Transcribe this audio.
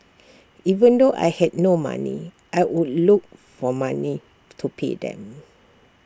even though I had no money I would look for money to pay them